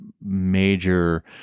major